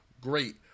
great